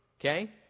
Okay